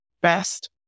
best